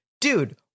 dude